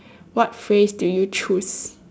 what phrase do you choose